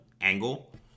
angle